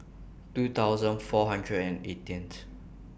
two thousand four hundred and eighteenth